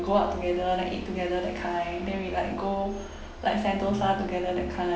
go out together like eat together that kind then we like go like sentosa together that kind